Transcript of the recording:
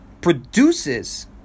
produces